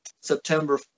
September